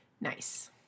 Nice